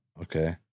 Okay